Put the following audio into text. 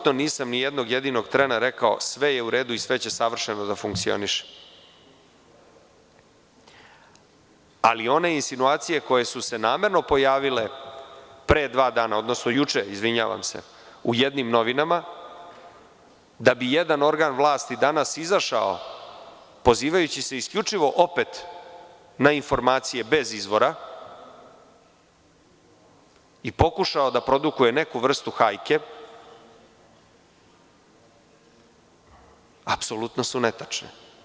Nijednog jedinog trena nisam rekao sve je uredu i sve će savršeno da funkcioniše, ali one insinuacije koje su se namerno pojavile juče u jednim novinama, da bi jedan organ vlasti danas izašao, pozivajući se isključivo na informacije bez izvora, i pokušao da produkuje neku vrstu hajke, apsolutno su netačne.